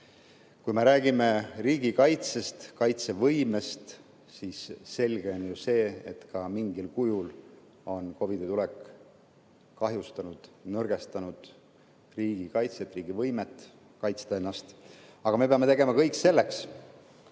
Kui me räägime riigikaitsest, kaitsevõimest, siis selge on see, et mingil kujul on COVID-i tulek kahjustanud ja nõrgestanud ka riigikaitset, riigi võimet ennast kaitsta. Aga me peame tegema kõik selleks,